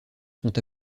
sont